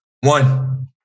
One